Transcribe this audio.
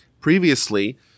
Previously